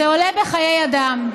זה עולה בחיי אדם.